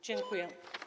Dziękuję.